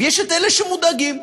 ויש אלה שמודאגים?